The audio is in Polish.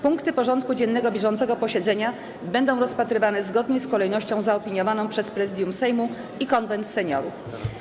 Punkty porządku dziennego bieżącego posiedzenia będą rozpatrywane zgodnie z kolejnością zaopiniowaną przez Prezydium Sejmu i Konwent Seniorów.